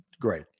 great